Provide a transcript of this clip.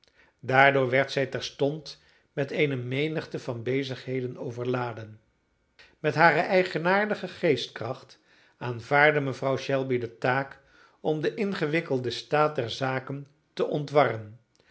daardoor werd zij terstond met eene menigte van bezigheden overladen met hare eigenaardige geestkracht aanvaardde mevrouw shelby de taak om den ingewikkelden staat der zaken te ontwarren